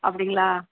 அப்படிங்களா